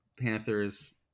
Panthers